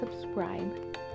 subscribe